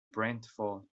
brantford